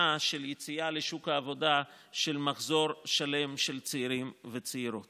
של היציאה של מחזור שלם של צעירים וצעירות